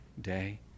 day